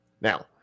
Now